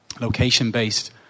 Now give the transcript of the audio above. location-based